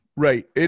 Right